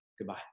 goodbye